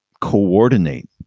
coordinate